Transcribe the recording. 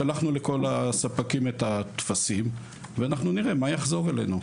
שלחנו לכל הספקים את הטפסים ונראה מה יחזור אלינו.